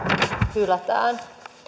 hylätään